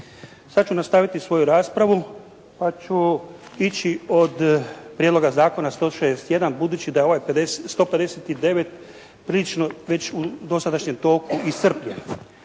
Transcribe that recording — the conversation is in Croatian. Sad ću nastaviti svoju raspravu pa ću ići od prijedloga zakona 161. budući da je ovaj 159. prilično već u dosadašnjem toku iscrpljen.